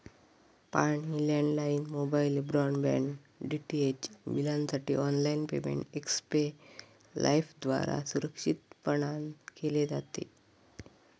पाणी, landline, mobile, broadband, DTH बिलांसाठी online payment एक्स्पे लाइफद्वारा सुरक्षितपणान केले जाते